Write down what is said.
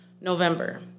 November